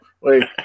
Wait